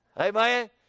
Amen